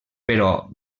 però